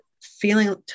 feeling